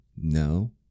No